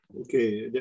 Okay